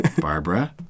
Barbara